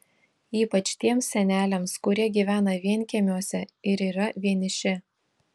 ypač tiems seneliams kurie gyvena vienkiemiuose ir yra vieniši